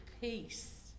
peace